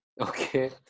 Okay